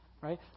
Right